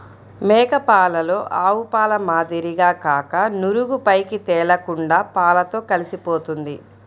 మేక పాలలో ఆవుపాల మాదిరిగా కాక నురుగు పైకి తేలకుండా పాలతో కలిసిపోతుంది